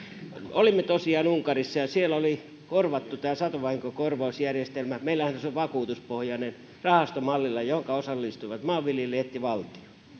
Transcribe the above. olimme tosiaan unkarissa ja siellä oli korvattu tämä satovahinkokorvausjärjestelmä meillähän se on vakuutuspohjainen rahastomallilla johonka osallistuivat maanviljelijät ja valtio